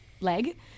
leg